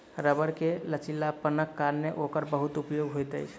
रबड़ के लचीलापनक कारणेँ ओकर बहुत उपयोग होइत अछि